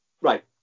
Right